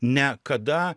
ne kada